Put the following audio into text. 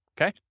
Okay